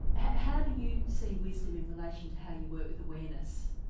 ah how do you see wisdom in relation to how you work with awareness?